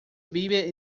vive